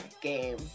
game